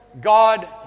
God